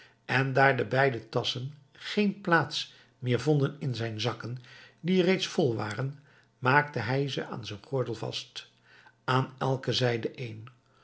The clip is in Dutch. en daar de beide tasschen geen plaats meer vonden in zijn zakken die reeds geheel vol waren maakte hij ze aan zijn gordel vast aan elke zijde één